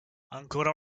ancora